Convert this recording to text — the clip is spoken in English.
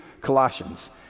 Colossians